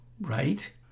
right